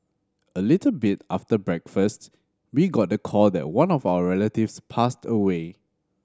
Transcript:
a little bit after breakfast we got the call that one of our relatives passed away